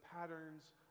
patterns